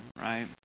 right